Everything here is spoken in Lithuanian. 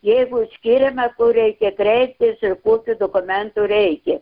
jeigu skiriama kur reikia kreiptis ir kokių dokumentų reikia